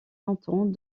longtemps